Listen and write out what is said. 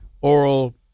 oral